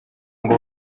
ngo